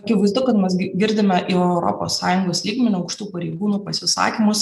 akivaizdu kad mes girdime jau europos sąjungos lygmeniu aukštų pareigūnų pasisakymus